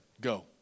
go